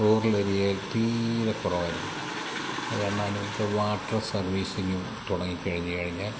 rural ഏരിയയിൽ തീരെ കുറവായിരിക്കും അത് കാരണം വാട്ടർ സർവ്വീസിങ്ങും തുടങ്ങി കഴിഞ്ഞു കഴിഞ്ഞാൽ